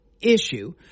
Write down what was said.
issue